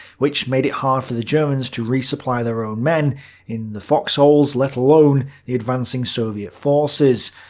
which made it hard for the germans to resupply their own men in the fox-holes, let alone the advancing soviet forces.